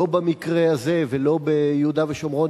לא במקרה הזה ולא ביהודה ושומרון,